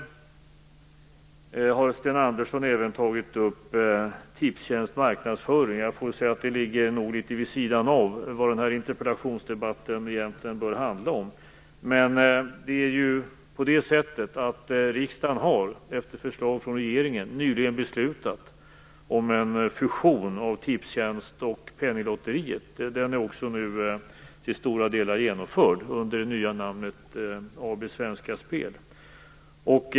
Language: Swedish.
Sten Andersson har även tagit upp frågan om Tipstjänst marknadsföring. Det ligger litet vid sidan av vad den här interpellationsdebatten egentligen bör handla om. Riksdagen har efter förslag från regeringen nyligen beslutat om en fusion av Tipstjänst och Penninglotteriet. Den är nu också till stora delar genomförd under det nya namnet AB Svenska Spel.